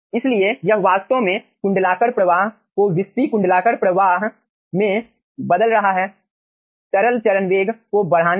इसलिए यह वास्तव में कुंडलाकार प्रवाह को विस्पी कुंडलाकार प्रवाह में बदल रहा है तरल चरण वेग को बढ़ाने से